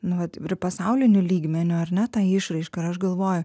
nu vat ir pasauliniu lygmeniu ar ne tą išraišką ir aš galvoju